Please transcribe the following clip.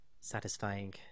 satisfying